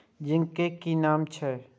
Zinc के कि काम छै?